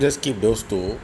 just keep those two